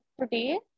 today